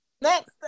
Next